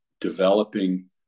developing